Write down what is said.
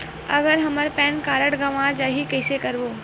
अगर हमर PAN card गवां जाही कइसे करबो?